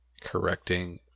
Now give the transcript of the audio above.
correcting